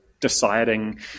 deciding